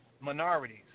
minorities